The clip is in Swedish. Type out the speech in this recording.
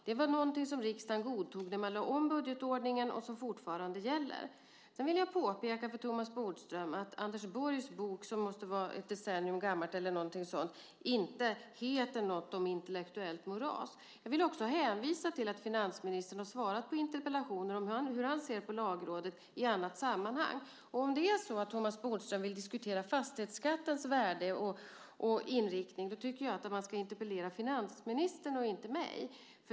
Det var något som riksdagen godtog när man lade om budgetordningen och som fortfarande gäller. Sedan vill jag påpeka för Thomas Bodström att Anders Borgs bok som måste vara ett decennium gammal inte heter något om intellektuellt moras. Jag vill också hänvisa till att finansministern har svarat på interpellationer om hur han ser på Lagrådet. Om Thomas Bodström vill diskutera fastighetsskattens värde och inriktning, då tycker jag att han ska interpellera finansministern och inte mig.